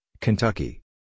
Kentucky